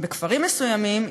בכפרים מסוימים,